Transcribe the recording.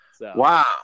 Wow